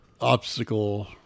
obstacle